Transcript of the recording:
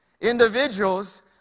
Individuals